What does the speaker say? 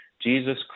Jesus